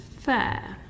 fair